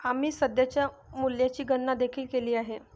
आम्ही सध्याच्या मूल्याची गणना देखील केली आहे